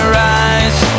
rise